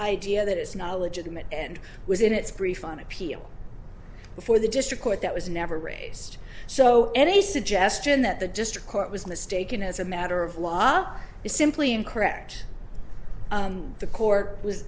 idea that is not a legitimate and was in its brief on appeal before the district court that was never raised so any suggestion that the district court was mistaken as a matter of law is simply incorrect the court w